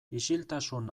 isiltasun